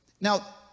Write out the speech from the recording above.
Now